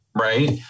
Right